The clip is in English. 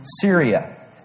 Syria